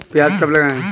प्याज कब लगाएँ?